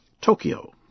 Tokyo